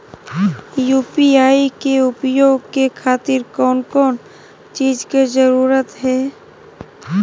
UPI के उपयोग के खातिर कौन कौन चीज के जरूरत है?